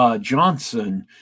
Johnson